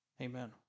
amen